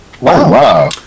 Wow